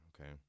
okay